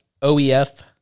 OEF